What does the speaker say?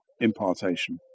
impartation